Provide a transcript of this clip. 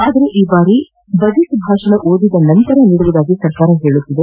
ಆದರೆ ಈ ಬಾರಿ ಬಜೆಟ್ ಭಾಷಣ ಓದಿದ ಬಳಿಕ ನೀಡುವುದಾಗಿ ಸರ್ಕಾರ ಹೇಳುತ್ತಿದೆ